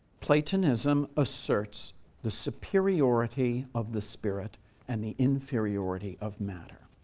platonism asserts the superiority of the spirit and the inferiority of matter.